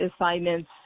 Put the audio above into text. assignments